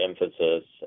emphasis